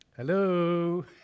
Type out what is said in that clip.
Hello